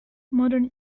modern